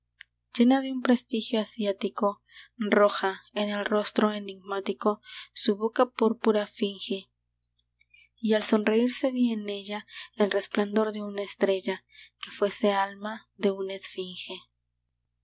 llena de un prestigio asiático roja en el rostro enigmático su boca púrpura finge y al sonreirse vi en ella el resplandor de una estrella que fuese alma de una esfinge